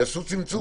יעשו צמצום גם בזה.